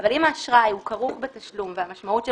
אבל אם האשראי כרוך בתשלום והמשמעות שלו,